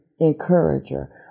encourager